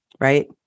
right